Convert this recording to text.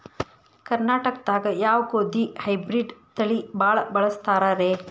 ಕರ್ನಾಟಕದಾಗ ಯಾವ ಗೋಧಿ ಹೈಬ್ರಿಡ್ ತಳಿ ಭಾಳ ಬಳಸ್ತಾರ ರೇ?